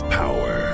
power